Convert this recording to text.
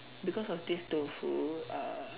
because of this tofu uh